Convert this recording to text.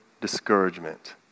discouragement